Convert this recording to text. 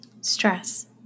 Stress